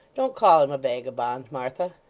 don't call him a vagabond, martha